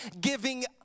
giving